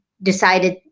decided